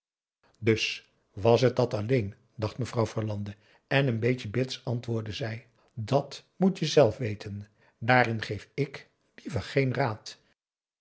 dus was het dat alleen dacht mevrouw verlande en een beetje bits antwoordde zij dat moet je zelf weten dààrin geef ik liever geen raad